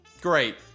great